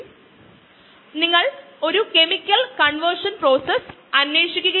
അതിനാൽ dxdt സമം mu x ഇപ്പോഴും ഉപയോഗിക്കാം